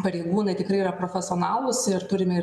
pareigūnai tikrai yra profesionalūs ir turime